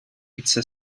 pizza